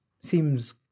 seems